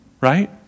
right